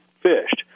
fished